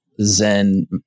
Zen